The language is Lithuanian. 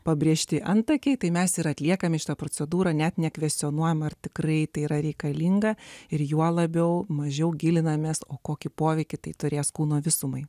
pabrėžti antakiai tai mes ir atliekame šitą procedūrą net nekvestionuojama ar tikrai tai yra reikalinga ir juo labiau mažiau gilinamės o kokį poveikį tai turės kūno visumai